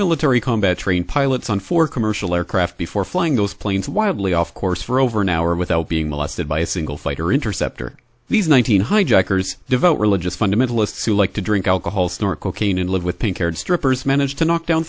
military combat trained pilots on four commercial aircraft before flying those planes wildly off course for over an hour without being molested by a single fighter interceptor these one thousand hijackers devote religious fundamentalists who like to drink alcohol snort cocaine and live with pink haired strippers managed to knock down